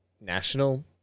national